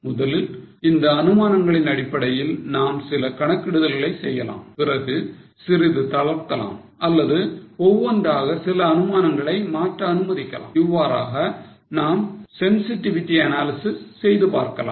முதலில் இந்த அனுமானங்களின் அடிப்படையில் நாம் சில கணக்கிடுதல்களை செய்யலாம் பிறகு சிறிது தளர்த்தலாம் அல்லது ஒவ்வொன்றாக சில அனுமானங்களை மாற்ற அனுமதிக்கலாம் இவ்வாறாக நாம் sensitivity analysis செய்து பார்க்கலாம்